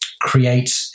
create